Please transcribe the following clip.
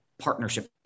partnership